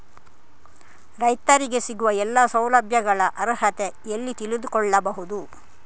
ರೈತರಿಗೆ ಸಿಗುವ ಎಲ್ಲಾ ಸೌಲಭ್ಯಗಳ ಅರ್ಹತೆ ಎಲ್ಲಿ ತಿಳಿದುಕೊಳ್ಳಬಹುದು?